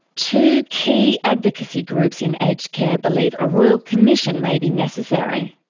two key advocacy groups in aged care believe a royal commission may be necessary.